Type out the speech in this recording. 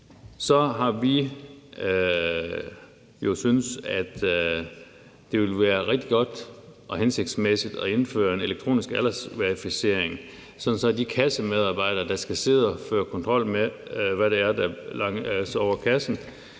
Så har vi jo også syntes, at det ville være rigtig godt og hensigtsmæssigt at indføre en elektronisk aldersverificering, sådan at de kassemedarbejdere, der skal sidde og føre kontrol med, hvad det er, der kommer igennem kassen,